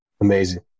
Amazing